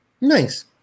Nice